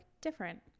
different